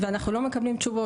ואנחנו לא מקבלים תשובות.